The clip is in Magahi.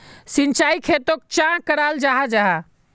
सिंचाई खेतोक चाँ कराल जाहा जाहा?